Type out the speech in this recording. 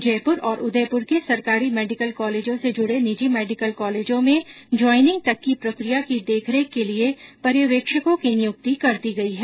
जयपुर और उदयपुर के सरकारी मेडिकल कॉलेजों से जुड़े निजी मेडिकल कॉलेजों में ज्वाईनिंग तक की प्रकिया की देखरेख के लिए पर्यवेक्षकों की नियुक्ति कर दी गई है